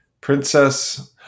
Princess